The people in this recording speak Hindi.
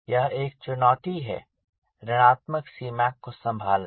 यह एक चुनौती है ऋणात्मक Cmac को संभालना